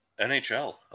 NHL